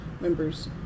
members